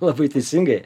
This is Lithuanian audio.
labai teisingai